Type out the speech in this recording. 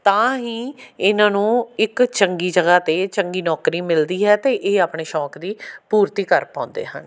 ਤਾਂ ਹੀ ਇਹਨਾਂ ਨੂੰ ਇੱਕ ਚੰਗੀ ਜਗ੍ਹਾ 'ਤੇ ਚੰਗੀ ਨੌਕਰੀ ਮਿਲਦੀ ਹੈ ਅਤੇ ਇਹ ਆਪਣੇ ਸ਼ੌਂਕ ਦੀ ਪੂਰਤੀ ਕਰ ਪਾਉਂਦੇ ਹਨ